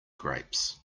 grapes